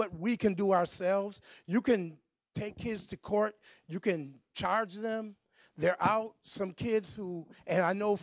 what we can do ourselves you can take his to court you can charge them their out some kids who and i know